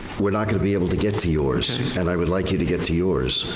we're not gonna be able to get to yours and i would like you to get to yours.